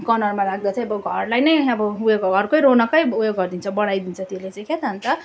कर्नरमा राख्दा चाहिँ अब घरलाई नै अब उयो घरको रौनकै उयो गरिदिन्छ बढाइदिन्छ त्यसले चाहिँ के अन्त